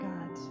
God